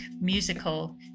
musical